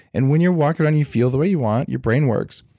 and when you're walking around, you feel the way you want, your brain works,